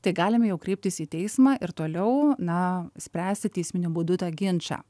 tai galime jau kreiptis į teismą ir toliau na spręsti teisminiu būdu tą ginčą